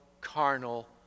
carnal